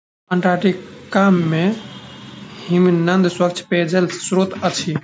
Antarctica के हिमनद स्वच्छ पेयजलक स्त्रोत अछि